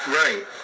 right